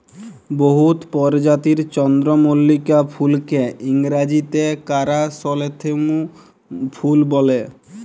বহুত পরজাতির চল্দ্রমল্লিকা ফুলকে ইংরাজিতে কারাসলেথেমুম ফুল ব্যলে